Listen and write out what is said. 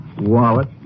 Wallet